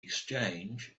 exchange